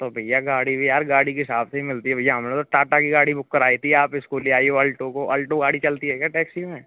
तो भैया गाड़ी भी यार गाड़ी भी साफ़ नहीं मिलती भैया हमने तो टाटा की गाड़ी बुक कराई थी आप इसको ले आए हो अलटो को अलटो गाड़ी चलती है क्या टैक्सी में